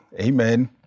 Amen